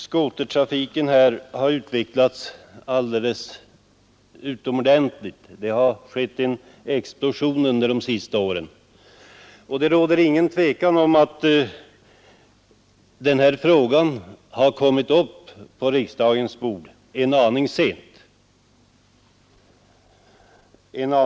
Skotertrafiken har utvecklats utomordentligt snabbt. Det har skett en explosion under de senaste åren, och det råder intet tvivel om att frågan om olägenheterna har förts upp på riksdagens bord en aning sent.